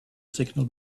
signal